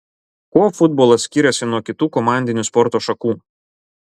kuo futbolas skiriasi nuo kitų komandinių sporto šakų